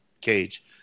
cage